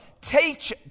teach